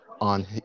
on